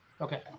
Okay